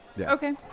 Okay